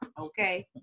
Okay